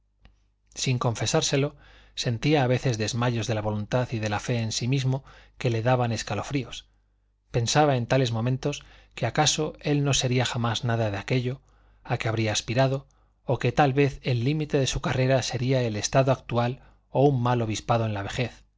sin confesárselo sentía a veces desmayos de la voluntad y de la fe en sí mismo que le daban escalofríos pensaba en tales momentos que acaso él no sería jamás nada de aquello a que había aspirado que tal vez el límite de su carrera sería el estado actual o un mal obispado en la vejez